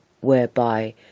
whereby